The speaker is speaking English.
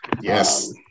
Yes